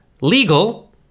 legal